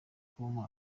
kumpa